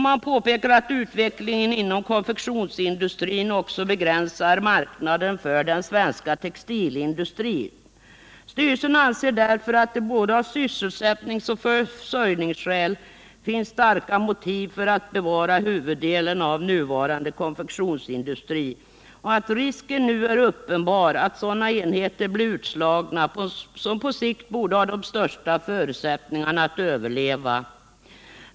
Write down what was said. Man påpekar att utvecklingen inom konfektionsindustrin också begränsar marknaden för den svenska textilindustrin. AMS anser därför att det av både sysselsättningsskäl och försörjningsskäl finns starka motiv för att bevara huvuddelen av den nuvarande konfektionsindustrin och att risken nu är uppenbar att sådana enheter blir utslagna som på sikt borde ha de största förutsättningarna att överleva.